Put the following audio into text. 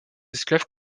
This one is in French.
esclaves